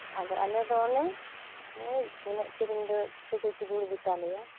ᱟᱫᱚ ᱟᱞᱮ ᱫᱚ ᱚᱱᱮ ᱳᱭ ᱮᱱᱮᱡ ᱥᱮᱨᱮᱧ ᱫᱚ ᱮᱠᱴᱩᱠᱩ ᱪᱩᱜᱩᱲ ᱜᱮᱛᱟᱞᱮᱭᱟ